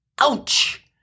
Ouch